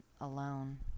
alone